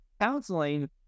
Counseling